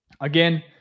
again